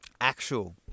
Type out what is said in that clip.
Actual